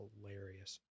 hilarious